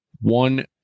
one